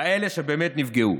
כאלה שבאמת נפגעו.